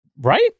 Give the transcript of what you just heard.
Right